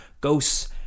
ghosts